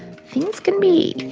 things can be.